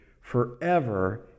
forever